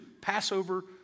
Passover